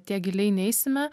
tiek giliai neisime